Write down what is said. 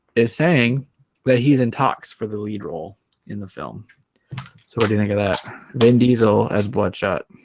is saying that he's in talks for the lead role in the film so what do you think of that vin diesel has bloodshot